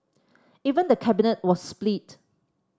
even the Cabinet was split